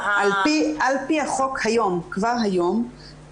על פי החוק הקיים,